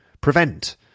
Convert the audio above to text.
prevent